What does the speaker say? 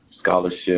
Scholarship